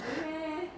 really meh